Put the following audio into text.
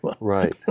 Right